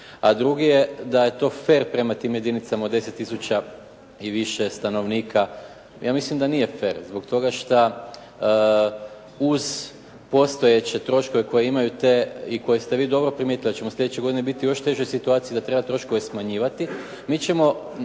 A drugi je da je to fer prema tim jedinicama od 10 tisuća i više stanovnika. Ja mislim da nije fer zbog toga šta uz postojeće troškove koje imaju te i koje ste vi dobro primijetili da ćemo sljedeće godine biti u još težoj situaciji da treba troškove smanjivati mi ćemo